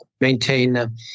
maintain